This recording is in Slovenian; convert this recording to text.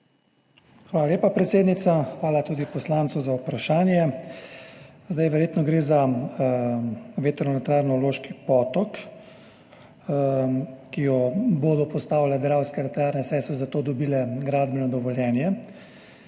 Hvala lepa, predsednica. Hvala tudi poslancu za vprašanje. Verjetno gre za vetrno elektrarno Loški Potok, ki jo bodo postavile Dravske elektrarne, saj so za to dobile gradbeno dovoljenje.